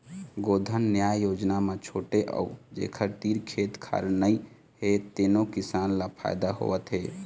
गोधन न्याय योजना म छोटे अउ जेखर तीर खेत खार नइ हे तेनो किसान ल फायदा होवत हे